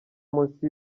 munsi